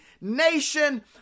nation